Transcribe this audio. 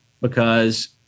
because-